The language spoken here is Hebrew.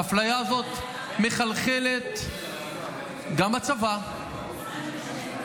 והאפליה הזאת מחלחלת גם לתקשורת,